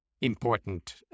important